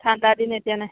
ঠণ্ডাদিন এতিয়া নাই